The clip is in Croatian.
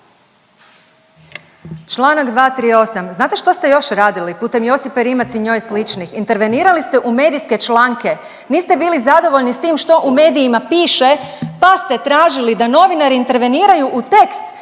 Čl. 238. Znate što ste još radili putem Josipe Rimac i njoj sličnih. Intervenirali ste u medijske članke. Niste bili zadovoljni s tim što u medijima piše pa ste tražili da novinari interveniraju u tekst